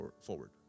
forward